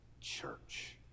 church